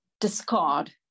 discard